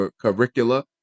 curricula